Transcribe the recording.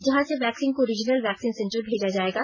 जहां से वैक्सीन को रिजनल वैक्सीन सेंटर भेजा जाएगा